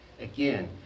Again